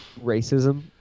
racism